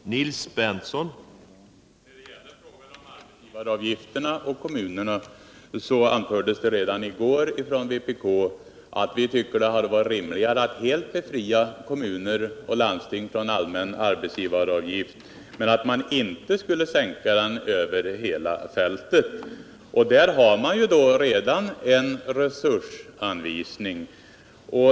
Herr talman! När det gäller frågan om arbetsgivaravgifterna och kommunerna anfördes redan i går från vpk att vi tycker att det hade varit rimligare att helt befria kommuner och landsting från allmän arbetsgivaravgift än att sänka den över hela fältet. Där finns redan en resursanvisning.